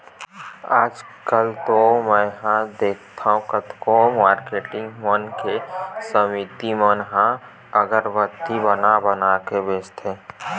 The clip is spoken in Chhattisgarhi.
आजकल तो मेंहा देखथँव कतको मारकेटिंग मन के समिति मन ह अगरबत्ती बना बना के बेंचथे